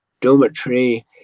dormitory